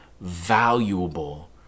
valuable